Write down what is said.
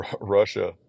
Russia